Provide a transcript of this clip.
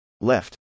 left